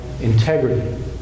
integrity